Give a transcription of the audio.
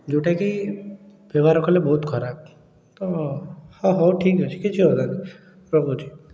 ଯେଉଁଟା କି ବ୍ୟବହାର କଲେ ବହୁତ ଖରାପ ତ ହଉ ଠିକ୍ ଅଛି କିଛି କଥା ନାହିଁ ରଖୁଛି